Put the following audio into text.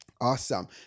Awesome